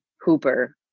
Hooper